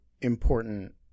important